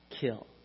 kill